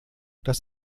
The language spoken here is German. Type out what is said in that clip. das